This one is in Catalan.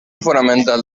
fonamental